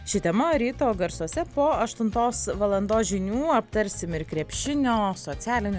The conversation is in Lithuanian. ši tema ryto garsuose po aštuntos valandos žinių aptarsim ir krepšinio socialinį